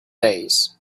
days